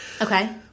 Okay